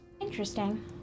Interesting